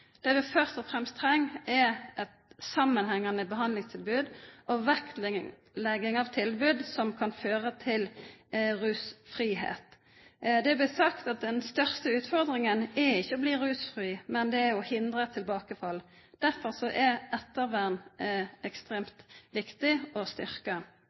Det vi først og fremst trenger, er et sammenhengende behandlingstilbud og vektlegging av tilbud som kan føre til rusfrihet. Det er blitt sagt at den største utfordringen ikke er å bli rusfri, men å hindre tilbakefall. Derfor er det ekstremt viktig å styrke ettervern.